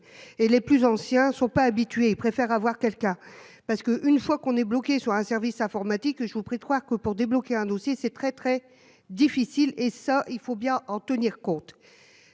et les plus anciens sont pas habitués. Ils préfèrent avoir quelqu'un parce que une fois qu'on est bloqué, soit un service informatique. Je vous prie trois que pour débloquer un dossier c'est très très difficile et ça il faut bien en tenir compte.